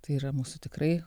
tai yra mūsų tikrai